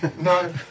No